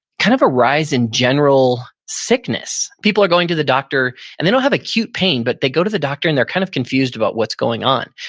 kind of a rise in general sickness. people are doing to the doctor and they don't have acute pain, but they go to the doctor and they're kind of confused about what's going on.